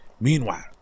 Meanwhile